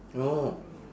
no